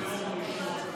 ביום ראשון.